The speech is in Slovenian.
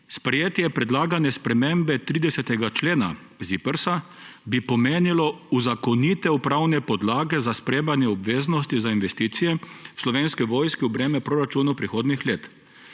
»sprejetje predlagane spremembe 30. člena ZIPRS bi pomenilo uzakonitev pravne podlage za sprejemanje obveznosti za investicije Slovenske vojske v breme proračuna prihodnjih let,